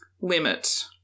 limit